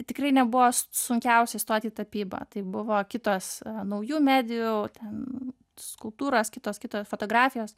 tikrai nebuvo s sunkiausia įstoti į tapybą tai buvo kitos naujų medijų ten skulptūros kitos kitos fotografijos